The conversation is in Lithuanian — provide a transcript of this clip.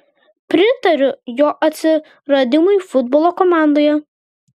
pritariu jo atsiradimui futbolo komandoje